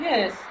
Yes